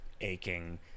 aching